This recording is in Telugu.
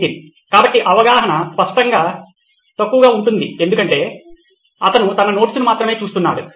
నితిన్ కాబట్టి అవగాహన స్పష్టంగా తక్కువగా ఉంటుంది ఎందుకంటే అతను తన నోట్స్ ను మాత్రమే చూస్తున్నాడు